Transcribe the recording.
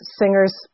singers